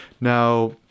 Now